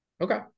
Okay